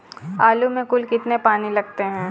आलू में कुल कितने पानी लगते हैं?